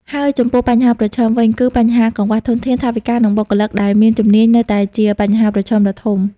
ហើយចំំពោះបញ្ហាប្រឈមវិញ គឺបញ្ហាកង្វះធនធាន ថវិកា និងបុគ្គលិកដែលមានជំនាញនៅតែជាបញ្ហាប្រឈមដ៏ធំ។